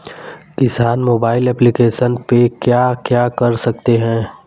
किसान mobile application पे क्या क्या कर सकते हैं?